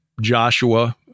Joshua